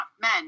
men